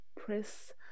press